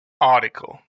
article